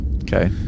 Okay